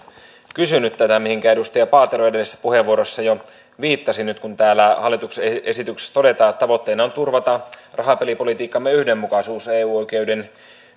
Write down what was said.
tätä mihinkä edustaja paatero edellisessä puheenvuorossa jo viittasi nyt kun täällä hallituksen esityksessä todetaan että tavoitteena on turvata rahapelipolitiikkamme yhdenmukaisuus eu oikeuden